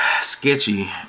sketchy